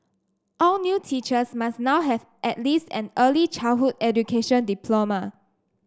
all new teachers must now have at least an early childhood education diploma